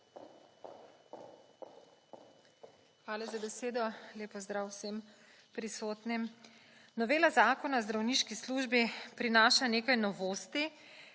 Hvala za besedo. Lep pozdrav vsem prisotnim! Novela Zakona o zdravniški službi prinaša nekaj novosti